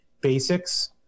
basics